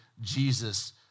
Jesus